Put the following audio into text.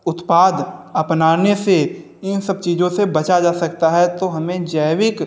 उत्पाद अपनाने से इन सब चीज़ों से बचा जा सकता है तो हमें जैविक